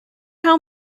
how